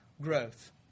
growth